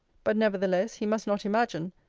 but, nevertheless, he must not imagine,